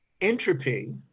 entropy